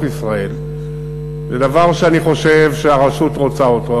ישראל זה דבר שאני חושב שהרשות רוצה אותו,